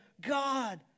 God